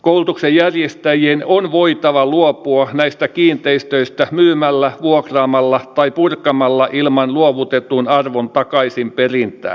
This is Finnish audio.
koulutuksen järjestäjien on voitava luopua näistä kiinteistöistä myymällä vuokraamalla tai purkamalla ilman luovutetun arvon takaisinperintää